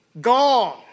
Gone